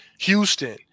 Houston